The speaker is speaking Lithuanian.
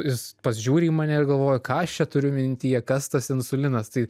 jis pažiūri į mane ir galvoja ką aš čia turiu mintyje kas tas insulinas tai